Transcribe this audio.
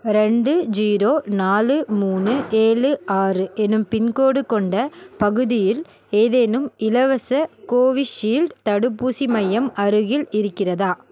ரெண்டு ஜீரோ நாலு மூணு ஏழு ஆறு எனும் பின்கோடு கொண்ட பகுதியில் ஏதேனும் இலவச கோவிஷீல்ட் தடுப்பூசி மையம் அருகில் இருக்கிறதா